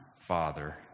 Father